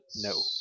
No